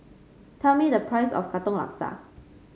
tell me the price of Katong Laksa